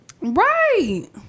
Right